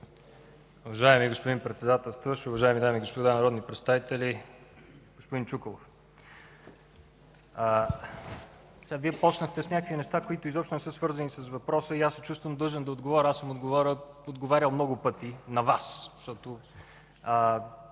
Уважаеми господин Председател, уважаеми дами и господа народни представители! Господин Чуколов, Вие започнахте с някои неща, които изобщо не са свързани с въпроса и аз се чувствам длъжен да отговаря. Аз съм отговарял много пъти на Вас, защото